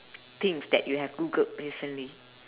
things that you have googled recently